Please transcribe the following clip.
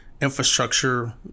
infrastructure